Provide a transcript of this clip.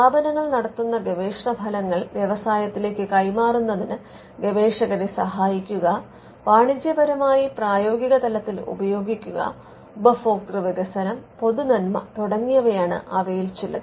സ്ഥാപനങ്ങൾ നടത്തുന്ന ഗവേഷണഫലങ്ങൾ വ്യവസായത്തിലേക്ക് കൈമാറുന്നതിന് ഗവേഷകരെ സഹായിക്കുക വാണിജ്യപരമായി പ്രായോഗികതലത്തിൽ ഉപയോഗിക്കുക്ക ഉപഭോക്തൃ വികസനം പൊതു നന്മ തുടങ്ങിയവയാണ് അവയിൽ ചിലത്